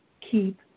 keep